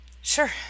Sure